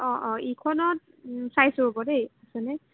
অঁ অঁ ইখনত চাইছোঁ ৰ'ব দেই মানে